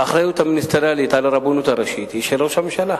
האחריות המיניסטריאלית על הרבנות הראשית היא של ראש הממשלה.